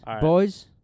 Boys